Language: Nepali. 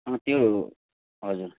अँ त्यो हजुर